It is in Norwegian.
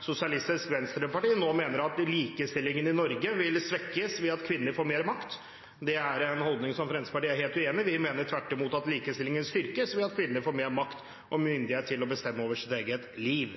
Sosialistisk Venstreparti nå mener at likestillingen i Norge vil svekkes ved at kvinner får mer makt. Det er en holdning som Fremskrittspartiet er helt uenig i. Vi mener tvert imot at likestillingen styrkes ved at kvinner får mer makt og myndighet til å bestemme over sitt eget liv.